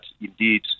indeed